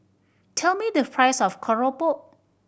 tell me the price of keropok